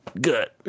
Good